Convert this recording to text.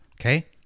okay